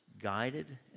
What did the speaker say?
guided